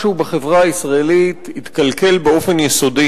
משהו בחברה הישראלית התקלקל באופן יסודי